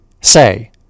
say